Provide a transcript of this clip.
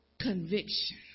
conviction